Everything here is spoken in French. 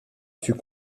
fut